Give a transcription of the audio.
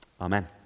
Amen